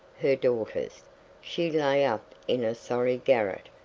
her daughters she lay up in a sorry garret,